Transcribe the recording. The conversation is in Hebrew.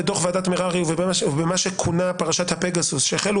בדוח ועדת מררי ובמה שכונה פרשת הפגסוס שהחלו